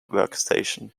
workstation